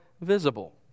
visible